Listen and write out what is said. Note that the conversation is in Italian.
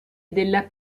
della